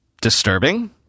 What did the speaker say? disturbing